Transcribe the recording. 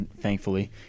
thankfully